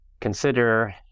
consider